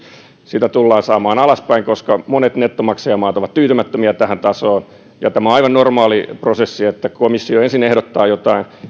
sitä tullaan saamaan alaspäin koska monet nettomaksajamaat ovat tyytymättömiä tähän tasoon tämä on aivan normaali prosessi että komissio ensin ehdottaa jotain